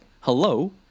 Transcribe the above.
hello